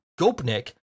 Gopnik